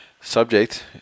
subject